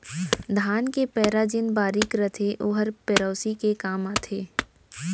धान के पैरा जेन बारीक रथे ओहर पेरौसी के काम आथे